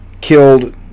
killed